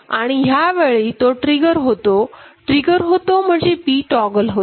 आणि ह्यावेळी तो ट्रिगर होतो ट्रिगर होतो म्हणजे B टॉगल होतो